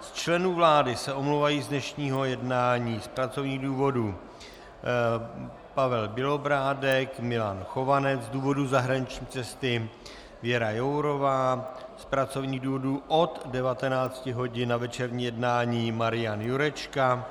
Z členů vlády se omlouvají z dnešního jednání: z pracovních důvodů Pavel Bělobrádek, Milan Chovanec, z důvodu zahraniční cesty Věra Jourová, z pracovních důvodů od 19 hodin na večerní jednání Marian Jurečka